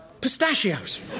pistachios